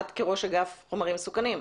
מה את ראש אגף חומרים מסוכנים עושה.